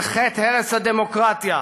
על חטא הרס הדמוקרטיה.